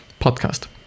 podcast